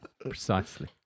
Precisely